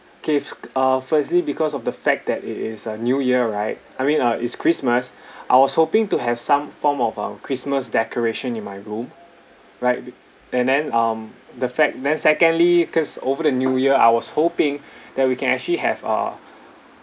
okay uh firstly because of the fact that it is a new year right I mean uh it's christmas I was hoping to have some form of um christmas decoration in my room right and then um the fact then secondly cause over the new year I was hoping that we can actually have uh